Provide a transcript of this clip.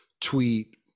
tweet